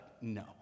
no